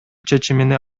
чечимине